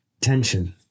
Tension